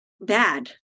bad